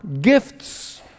gifts